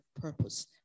purpose